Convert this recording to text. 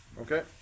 Okay